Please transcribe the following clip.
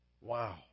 Wow